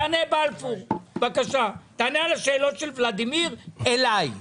תענה על השאלות של ולדימיר, אליי.